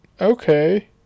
Okay